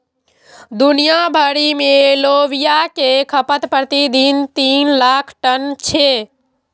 दुनिया भरि मे लोबिया के खपत प्रति दिन तीन लाख टन छै